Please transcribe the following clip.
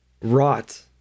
Rot